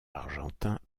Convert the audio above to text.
argentin